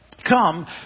Come